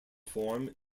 form